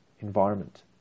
environment